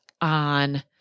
on